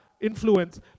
influence